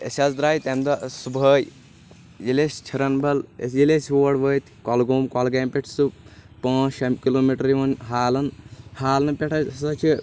أسۍ حظ درایہِ تیٚمہِ دۄہ صبحٲے ییٚلہِ أسۍ چھرنبل ییٚلہِ أسۍ یور وٲتۍ گۄلگوم کۄلگامہِ پٮ۪ٹھ چھُ سُہ پانژھ شیٚے کِلو میٹر یِوان حالن حالنہٕ پٮ۪ٹھ ہسا چھِ